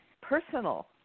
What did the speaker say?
personal